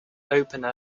opener